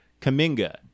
Kaminga